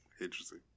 Interesting